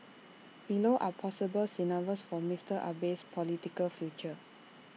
below are possible scenarios for Mister Abe's political future